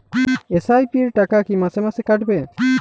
SIP র টাকা কী মাসে মাসে কাটবে?